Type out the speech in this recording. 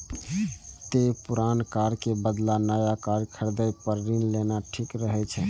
तें पुरान कार के बदला नया कार खरीदै पर ऋण लेना ठीक रहै छै